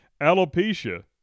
alopecia